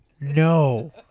No